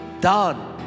done